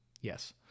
yes